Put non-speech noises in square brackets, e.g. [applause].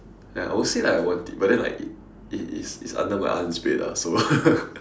I would say like I want it but then like it it's under my aunt's bed ah so [laughs]